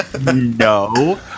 No